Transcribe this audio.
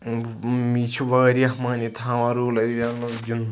یہِ چھُ واریاہ معنی تھَوان روٗلَر ایریا ہَن منٛز گِنٛدُن